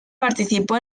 participó